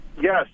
Yes